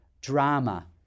drama